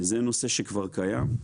זה נושא שכבר קיים.